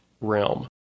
realm